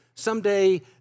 Someday